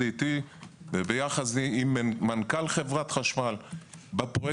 איתי ועם מנכ"ל חברת חשמל בפרויקט עצמו.